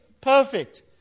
perfect